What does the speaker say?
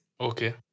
Okay